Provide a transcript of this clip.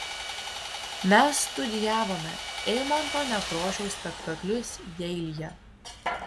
mes studijavome eimunto nekrošiaus spektaklius jeilyje